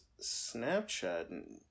Snapchat